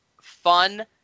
fun